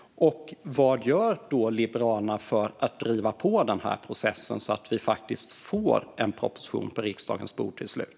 Och vad gör Liberalerna för att driva på denna process så att vi faktiskt får en proposition på riksdagens bord till slut?